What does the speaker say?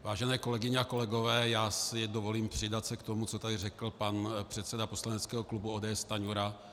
Vážené kolegyně a kolegové, dovolím si přidat se k tomu, co tady řekl pan předseda poslaneckého klubu ODS Stanjura.